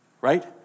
right